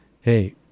hey